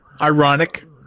Ironic